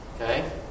Okay